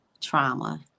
trauma